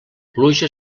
pluja